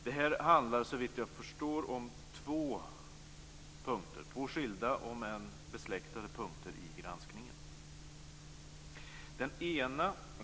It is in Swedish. Det handlar såvitt jag förstår om två skilda, om än besläktade, punkter i granskningen.